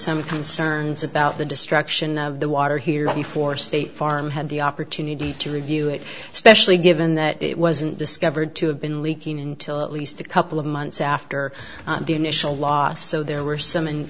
some concerns about the destruction of the water here before state farm had the opportunity to review it especially given that it wasn't discovered to have been leaking until at least a couple of months after the initial loss so there were some and